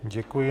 Děkuji.